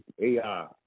AI